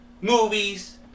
movies